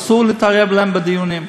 ואסור להתערב להם בדיונים.